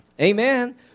Amen